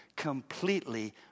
completely